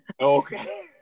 Okay